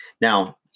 Now